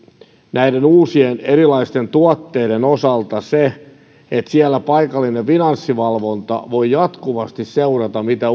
näiden uusien erilaisten tuotteiden osalta se että siellä paikallinen finanssivalvonta voi jatkuvasti seurata mitä